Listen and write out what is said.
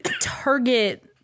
target